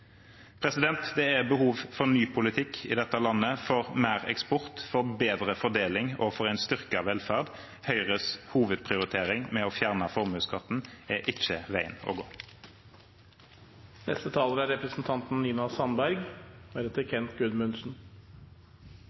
Det er behov for ny politikk i dette landet, for mer eksport, for bedre fordeling og for en styrket velferd. Høyres hovedprioritering med å fjerne formuesskatten er ikke veien å